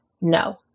No